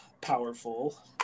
powerful